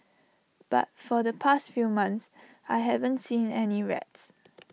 but for the past few months I haven't seen any rats